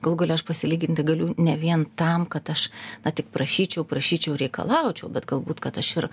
galų gale aš pasilyginti galiu ne vien tam kad aš na tik prašyčiau prašyčiau reikalaučiau bet galbūt kad aš ir